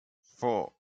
four